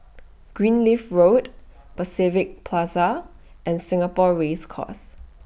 Greenleaf Road Pacific Plaza and Singapore Race Course